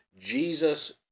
Jesus